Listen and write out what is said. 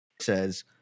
says